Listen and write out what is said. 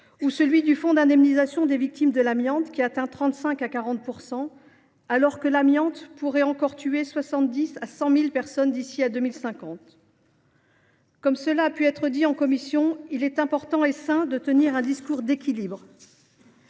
%, ou au fonds d’indemnisation des victimes de l’amiante, qui atteint 35 % à 40 %, alors que l’amiante pourrait encore tuer 70 000 à 100 000 personnes d’ici à 2050. Comme cela a été dit en commission des affaires sociales, il est important et sain de tenir un discours équilibré